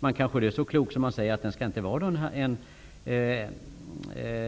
Man kanske är så klok att man säger att den inte skall vara